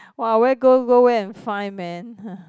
!wah! where go go where and find man